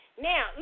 Now